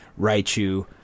Raichu